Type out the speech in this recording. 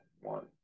one